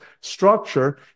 structure